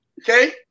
okay